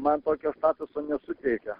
man tokio statuso nesuteikia